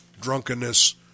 drunkenness